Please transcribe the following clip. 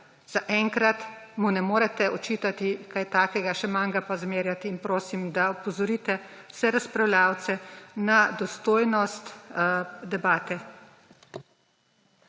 zaenkrat mu ne morete očitati kaj takega, še manj ga pa zmerjati. In prosim, da opozorite vse razpravljavce na dostojnost debate.